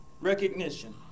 recognition